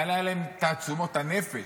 אבל היו להם תעצומות הנפש